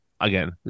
Again